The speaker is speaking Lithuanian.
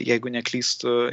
jeigu neklystu